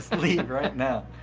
leave right now.